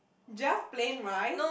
just plain rice